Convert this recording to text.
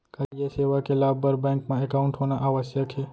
का ये सेवा के लाभ बर बैंक मा एकाउंट होना आवश्यक हे